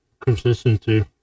consistency